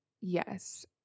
yes